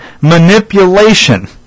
manipulation